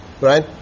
right